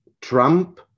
Trump